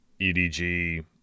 EDG